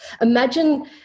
Imagine